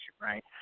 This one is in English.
right